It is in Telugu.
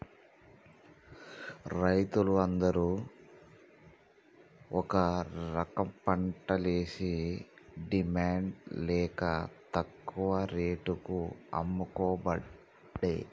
రైతులు అందరు ఒక రకంపంటలేషి డిమాండ్ లేక తక్కువ రేటుకు అమ్ముకోబట్టే